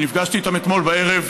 שנפגשתי איתם אתמול בערב,